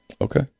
Okay